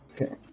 Okay